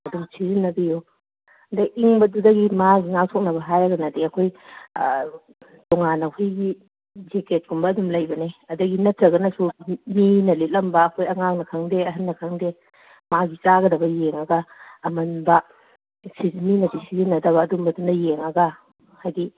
ꯑꯗꯨꯝ ꯁꯤꯖꯤꯟꯅꯕꯤꯌꯨ ꯑꯗ ꯏꯪꯕꯗꯨꯗꯒꯤ ꯃꯥꯒꯤ ꯉꯥꯛꯊꯣꯛꯅꯕ ꯍꯥꯏꯔꯒꯅꯗꯤ ꯑꯩꯈꯣꯏ ꯇꯣꯉꯥꯟꯅ ꯑꯩꯈꯣꯏꯒꯤ ꯖꯤꯀꯦꯠꯀꯨꯝꯕ ꯑꯗꯨꯝ ꯂꯩꯕꯅꯤ ꯑꯗꯒꯤ ꯅꯠꯇ꯭ꯔꯒꯅꯁꯨ ꯃꯤꯅ ꯂꯤꯠꯂꯝꯕ ꯑꯩꯈꯣꯏ ꯑꯉꯥꯡꯅ ꯈꯡꯗꯦ ꯑꯍꯟꯅ ꯈꯡꯗꯦ ꯃꯥꯒꯤ ꯆꯥꯒꯗꯕ ꯌꯦꯡꯉꯒ ꯑꯃꯟꯕ ꯃꯤꯅꯗꯤ ꯁꯤꯖꯤꯟꯅꯗꯕ ꯑꯗꯨꯝꯕꯗꯨꯅ ꯌꯦꯡꯉꯒ ꯍꯥꯏꯗꯤ